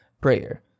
prayer